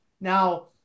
Now